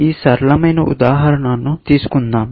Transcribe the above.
ఈ సరళమైన ఉదాహరణను తీసుకుందాం